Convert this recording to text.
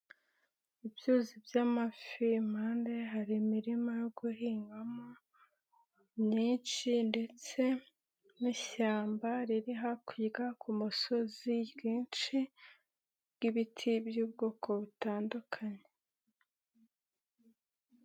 Ibyuzi by'amafi, impande hari imirima yo guhingwamo myinshi ndetse n'ishyamba riri hakurya ku musozi ryinshi ry'ibiti by'ubwoko butandukanye.